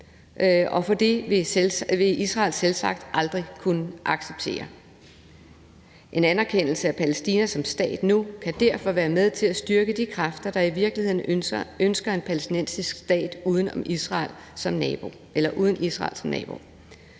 For det vil Israel selvsagt aldrig kunne acceptere. En anerkendelse af Palæstina som stat nu kan derfor være med til at styrke de kræfter, der i virkeligheden ønsker en palæstinensisk stat uden Israel som nabo.